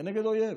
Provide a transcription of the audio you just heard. כנגד אויב.